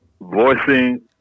voicing